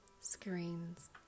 screens